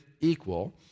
equal